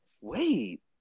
wait